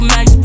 Max